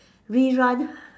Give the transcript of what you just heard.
rerun